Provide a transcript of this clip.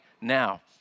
now